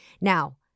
Now